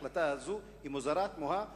ההחלטה הזאת היא מוזרה ותמוהה,